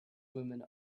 women